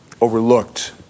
overlooked